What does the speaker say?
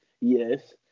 yes